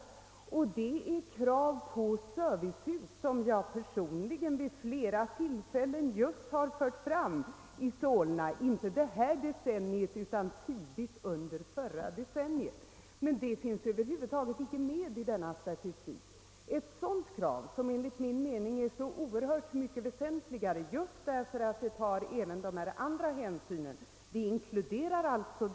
Det är nämligen krav på servicehus, som jag personligen vid flera tillfällen har fört fram just i Solna — inte enbart detta decennium utan tidigt under förra decenniet. Men det finns över huvud taget icke med i denna statistik. Det är ett krav som enligt min mening är så oerhört mycket mera väsentligt därför att det tar även andra hänsyn förutom att det inkluderar daghemmen.